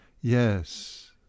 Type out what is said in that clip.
yes